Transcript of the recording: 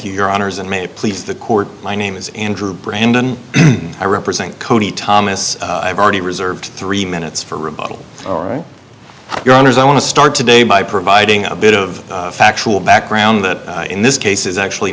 you your honors and may please the court my name is andrew brandon i represent cody thomas i've already reserved three minutes for rebuttal all right your honor i want to start today by providing a bit of factual background that in this case is actually